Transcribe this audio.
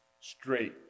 Straight